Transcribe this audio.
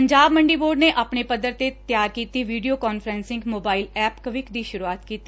Punjab Mandi board ਨੇ ਆਪਣੇ ਪੱਧਰ ਤੇ ਤਿਆਰ ਕੀਤੀ video conferencing mobile app quick ਦੀ ਸ੍ਰਰੁਆਤ ਕੀਡੀ